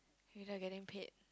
you're not getting paid